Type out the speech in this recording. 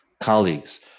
colleagues